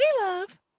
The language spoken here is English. love